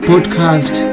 podcast